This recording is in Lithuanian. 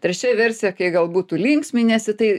trečia versija kai galbūt tu linksminiesi tai